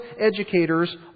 educators